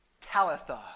Talitha